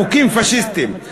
חוקים פאשיסטיים.